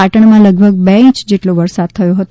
પાટણમાં લગભગ બે ઈંચ જેટલો વરસાદ થયો હતો